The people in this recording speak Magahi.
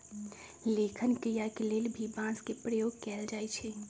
लेखन क्रिया के लेल भी बांस के प्रयोग कैल जाई छई